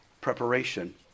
preparation